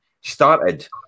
started